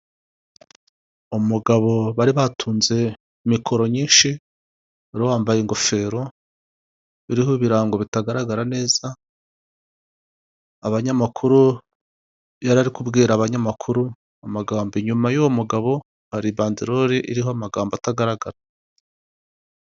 Umugabo bari batunze mikoro nyinshi wari wambaye ingofero iriho ibirango bitagaragara neza. Abanyamakuru, yari ari kubwira abanyamakuru amagambo. Inyuma y'uwo mugabo hari banderori iriho amagambo atagaragara.